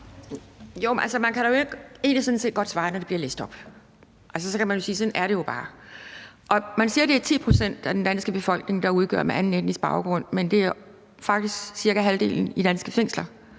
Man kan jo sådan set godt svare, når det bliver læst op – altså, så kan man sige, at sådan er det jo bare. Man siger, at det er 10 pct. af den danske befolkning, der har anden etnisk baggrund, men det er faktisk cirka halvdelen i danske fængsler,